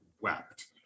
wept